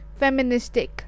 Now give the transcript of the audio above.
feministic